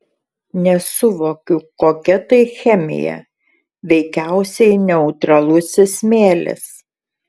nesuvokiu kokia tai chemija veikiausiai neutralusis smėlis